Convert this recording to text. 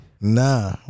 Nah